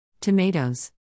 Tomatoes